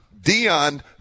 Dion